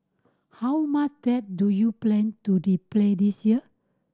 how much debt do you plan to replay this year